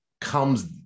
comes